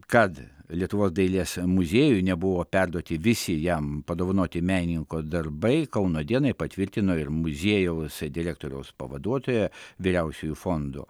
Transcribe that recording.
kad lietuvos dailės muziejui nebuvo perduoti visi jam padovanoti menininko darbai kauno dienai patvirtino ir muziejaus direktoriaus pavaduotoja vyriausiųjų fondų